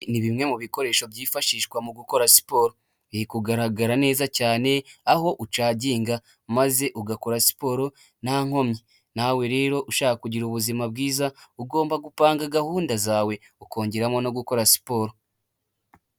Ni bimwe mu bikoresho byifashishwa mu gukora siporo biri kugaragara neza cyane, aho ucagiga maze ugakora siporo nta nkomyi. Nawe rero ushaka kugira ubuzima bwiza ugomba gupanga gahunda zawe ukongeramo no gukora siporo.